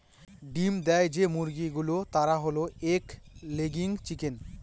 ডিম দেয় যে মুরগি গুলো তারা হল এগ লেয়িং চিকেন